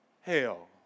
hell